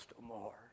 more